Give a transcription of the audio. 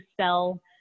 sell